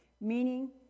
meaning